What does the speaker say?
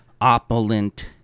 opulent